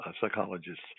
psychologists